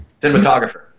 Cinematographer